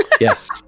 yes